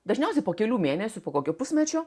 dažniausiai po kelių mėnesių po kokio pusmečio